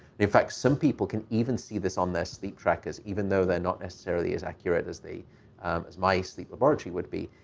in fact, some people can even see this on their sleep trackers even though they're not necessarily as accurate as um as my sleep laboratory would be.